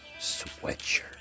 sweatshirt